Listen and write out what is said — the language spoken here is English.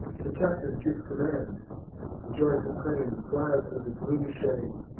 the captain gives command the joyful train glide thro' the gloomy shade,